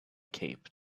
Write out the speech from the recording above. cape